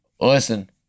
listen